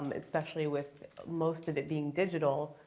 um especially with most of it being digital.